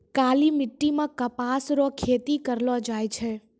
काली मिट्टी मे कपास रो खेती करलो जाय छै